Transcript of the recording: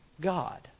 God